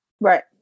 Right